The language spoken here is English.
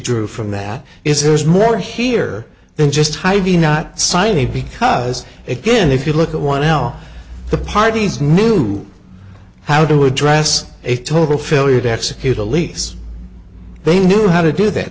drew from that is there's more here than just heidi not signing because again if you look at one l the parties knew how to address a total failure to execute a lease they knew how to do that